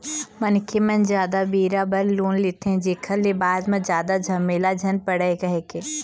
मनखे मन जादा बेरा बर लोन लेथे, जेखर ले बाद म जादा झमेला झन पड़य कहिके